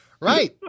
Right